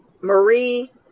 marie